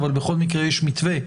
אבל בכל מקרה יש מתווה.